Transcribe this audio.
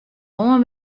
lân